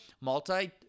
multi